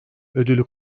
ödülü